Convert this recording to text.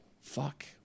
fuck